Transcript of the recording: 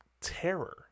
terror